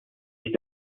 ich